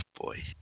boy